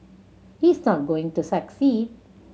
he is not going to succeed